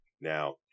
Now